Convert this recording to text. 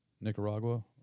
nicaragua